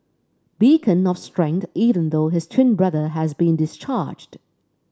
beacon of strength even though his twin brother has been discharged